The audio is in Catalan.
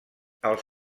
els